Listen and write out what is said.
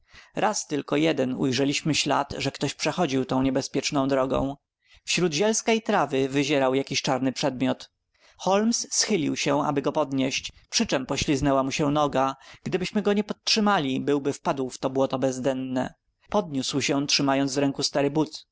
raz tylko jeden ujrzeliśmy ślad że ktoś przechodził tą niebezpieczną drogą wśród zielska i trawy wyzierał jakiś czarny przedmiot holmes schylił się aby go podnieść przyczem pośliznęła mu się noga gdybyśmy go nie podtrzymali byłby wpadł w to błoto bezdenne podniósł się trzymając w ręku stary